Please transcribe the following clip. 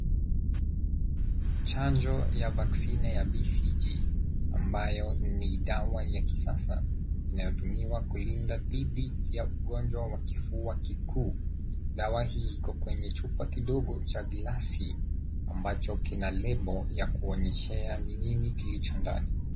Chanjo ya vaksine ya BCG ambayo ni dawa ya kisasa inayotumiwa kulinda dhidi ya ugonjwa wa kifua kikuu. Dawa hii iko kwenye chupa kidogo cha glasi ambacho kina lebo ya kuonyeshea ni nini kilicho ndani.